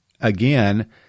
again